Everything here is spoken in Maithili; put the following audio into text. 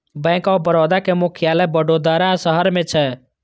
बैंक ऑफ बड़ोदा के मुख्यालय वडोदरा शहर मे छै